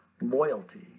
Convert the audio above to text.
loyalty